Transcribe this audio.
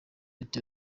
leta